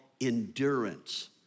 endurance